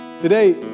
Today